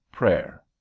Prayer